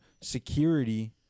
security